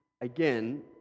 again